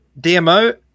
DMO